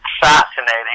fascinating